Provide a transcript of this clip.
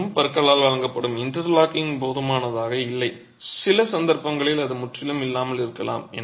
வெறும் பற்களால் வழங்கப்படும் இன்டர்லாக்கிங் போதுமானதாக இல்லை சில சந்தர்ப்பங்களில் அது முற்றிலும் இல்லாமல் இருக்கலாம்